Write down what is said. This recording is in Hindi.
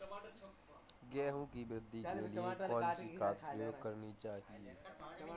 गेहूँ की वृद्धि के लिए कौनसी खाद प्रयोग करनी चाहिए?